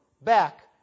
back